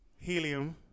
helium